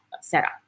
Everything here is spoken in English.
setup